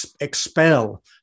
expel